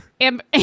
Amber